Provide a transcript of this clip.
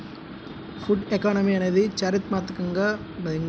would economy అనేది చారిత్రాత్మకంగా ప్రపంచవ్యాప్తంగా నాగరికతలకు ప్రారంభ స్థానం లాంటిది